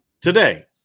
Today